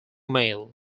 mail